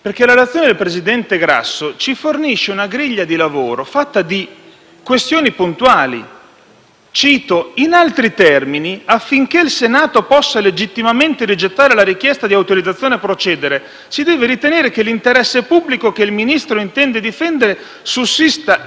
Cito: «In altri termini, affinché il Senato possa legittimamente rigettare la richiesta di autorizzazione a procedere, si deve ritenere che l'interesse pubblico che il Ministro intende difendere sussista effettivamente in concreto e sia preminente rispetto al bene protetto dalla norma» e nessuno in quest'Aula ha saputo descrivere